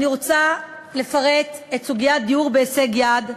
אני רוצה לפרט את סוגיית הדיור בהישג יד,